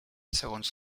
segons